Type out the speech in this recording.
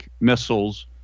missiles